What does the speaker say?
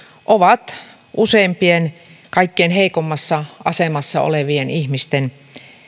ovat useimpien kaikkein heikoimmassa asemassa olevien ihmisten